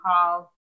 call